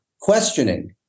questioning